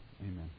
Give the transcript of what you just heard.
Amen